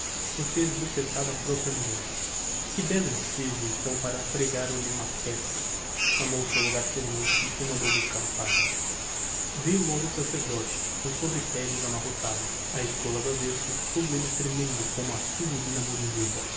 por ter esbofeteado a propria mulher que bello ensejo então para pregar-lhe uma peça chamou o seu logar tenente e mandou buscar o padre veiu logo o sacerdote com a sobrepeliz amarrotada a estola do avêsso todo elle tremendo como a